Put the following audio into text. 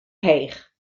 heech